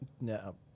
No